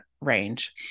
range